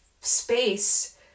space